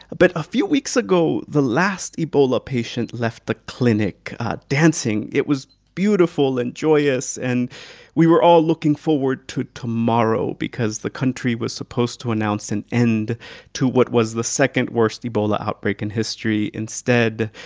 ah but a few weeks ago, the last ebola patient left the clinic dancing. it was beautiful and joyous, and we were all looking forward to tomorrow because the country was supposed to announce an end to what was the second-worst ebola outbreak in history. instead,